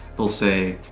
they'll say,